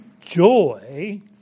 joy